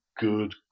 good